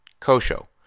Kosho